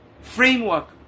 framework